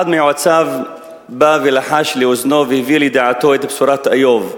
אחד מיועציו בא ולחש לאוזנו והביא לידיעתו את בשורת איוב,